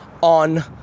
on